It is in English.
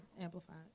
Amplified